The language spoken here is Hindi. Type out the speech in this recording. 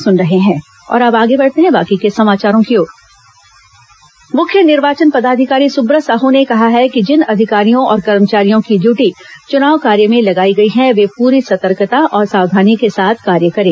सुब्रत साहू समीक्षा मुख्य निर्वाचन पदाधिकारी सुब्रत साहू ने कहा है कि जिन अधिकारियों और कर्मचारियों की ड्यूटी चुनाव कार्य में लगाई गई है वे पूरी सतर्कता और सावधानी के साथ कार्य करें